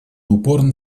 упорно